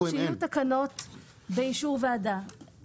לראות איך הדבר הזה מתפקד לטובת הציבור.